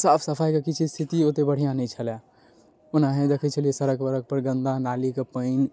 साफ सफाइके किछु स्थिति ओते बढ़िआँ नहि छलाए ओनाही देखै छलियै सड़क वड़कपर गन्दा नालीके पानि